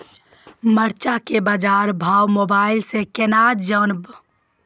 मरचा के बाजार भाव मोबाइल से कैनाज जान ब?